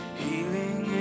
healing